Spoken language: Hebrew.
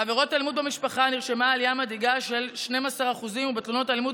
בעבירות אלימות במשפחה נרשמה עלייה מדאיגה של 12% ובתלונות על אלימות